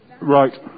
Right